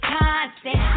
constant